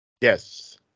Yes